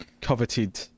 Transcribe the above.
coveted